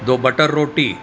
दो butter रोटी